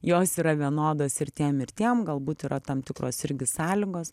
jos yra vienodos ir tiem ir tiem galbūt yra tam tikros irgi sąlygos